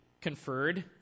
conferred